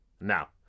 Now